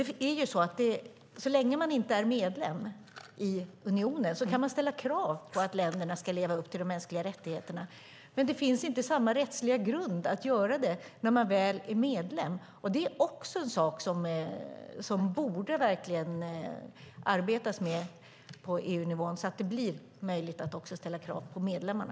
Det är ju så att så länge länderna inte är medlemmar i unionen kan man ställa krav på att de ska leva upp till de mänskliga rättigheterna, men det finns inte samma rättsliga grund att göra det när de väl är medlemmar. Det är också en sak som det verkligen borde arbetas med på EU-nivå så att det blir möjligt att också ställa krav på medlemmarna.